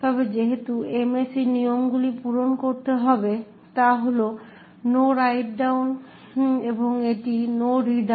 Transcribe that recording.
তবে যেহেতু MAC নিয়মগুলিও পূরণ করতে হবে তা হল নো রাইট ডাউন এবং এটি নো রিড আপ